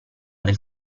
del